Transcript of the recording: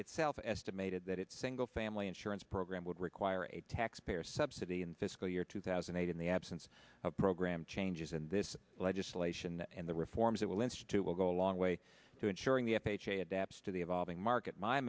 itself estimated that it single family insurance program would require a taxpayer subsidy in fiscal year two thousand and eight in the absence of program changes and this legislation and the reforms that will institute will go a long way to ensuring the f h a adapts to the evolving market my